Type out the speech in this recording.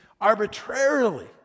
arbitrarily